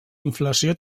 inflació